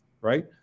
right